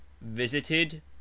visited